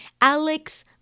Alex